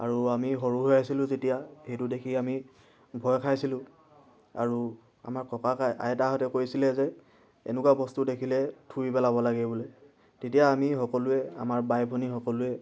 আৰু আমি সৰু হৈ আছিলোঁ যেতিয়া সেইটো দেখি আমি ভয় খাইছিলোঁ আৰু আমাৰ ককাক আইতাহঁতে কৈছিলে যে এনেকুৱা বস্তু দেখিলে থুই পেলাব লাগে বোলে তেতিয়া আমি সকলোৱে আমাৰ বাই ভনী সকলোৱে